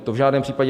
To v žádném případě.